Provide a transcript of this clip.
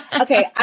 Okay